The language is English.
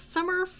Summer